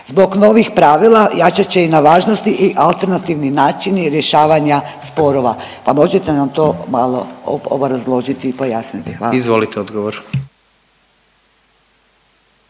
Zbog novih pravila jačat će na važnosti i alternativni načini rješavanja sporova pa možete nam to malo obrazložiti i pojasniti. Hvala.